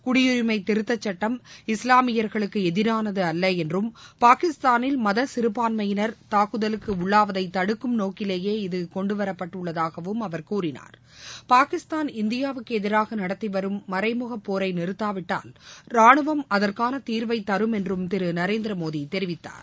குடியுரிமை திருத்தச் சுட்டம் இஸ்வாமியர்களுக்கு எதிரானது அல்ல என்றும் பாகிஸ்தானில் மத சிறபான்மையினர் தாக்குதலுக்கு உள்ளாவதை தடுக்கும் நோக்கிலேயே இதுகொண்டுவரப்பட்டுள்ளதாகவும் அவர் கூறினார்பாகிஸ்தான் இந்தியாவுக்கு எதிராக நடத்திவரும் மறைமுக போரை நிறத்தாவிட்டால் ரானுவம் அகுற்கான தீர்வை தரும் என்றும் திரு நரேந்திர மோடி தெரிவித்தார்